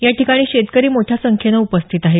या ठिकाणी शेतकरी मोठ्या संख्येनं उपस्थित आहेत